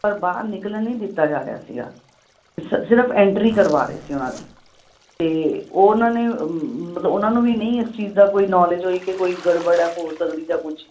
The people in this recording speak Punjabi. ਪਰ ਬਾਹਰ ਨਿਕਲਣ ਨਹੀਂ ਦਿੱਤਾ ਜਾ ਰਿਹਾ ਸੀਗਾ ਸ ਸਿਰਫ ਐਂਟਰੀ ਕਰਵਾ ਰਹੇ ਸੀ ਉਹਨਾਂ ਦੀ ਅਤੇ ਉਹਨਾਂ ਨੇ ਮਤਲਬ ਉਹਨਾਂ ਨੂੰ ਵੀ ਨਹੀਂ ਇਸ ਚੀਜ਼ ਦਾ ਕੋਈ ਨੋਲੇਜ ਹੋਈ ਕਿ ਕੋਈ ਗੜਬੜ ਹੈ ਹੋ ਸਕਦੀ ਜਾਂ ਕੁਛ